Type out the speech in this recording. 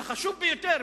החשוב ביותר,